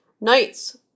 Knights